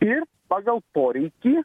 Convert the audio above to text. ir pagal poreikį